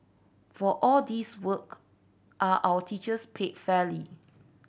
for all this work are our teachers paid fairly